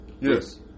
Yes